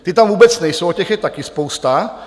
Ty tam vůbec nejsou a těch je taky spousta.